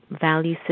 value